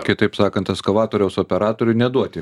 kitaip sakant ekskavatoriaus operatoriui neduoti